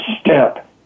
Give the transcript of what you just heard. step